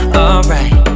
alright